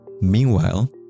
Meanwhile